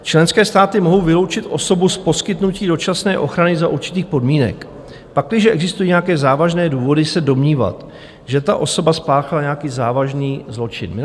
Členské státy mohou vyloučit osobu z poskytnutí dočasné ochrany za určitých podmínek, pakliže existují nějaké závažné důvody se domnívat, že ta osoba spáchala nějaký závažný zločin.